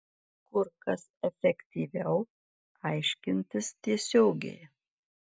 kur kas efektyviau aiškintis tiesiogiai